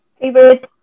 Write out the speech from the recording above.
Favorite